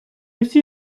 всі